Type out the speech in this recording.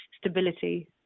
stability